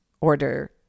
order